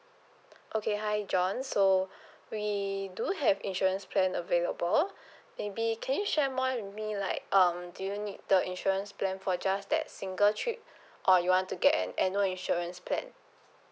okay hi john so we do have insurance plan available maybe can you share more to me like um do you need the insurance plan for just that single trip or you want to get an annual insurance plan